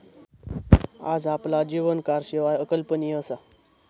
आज आपला जीवन कारशिवाय अकल्पनीय असा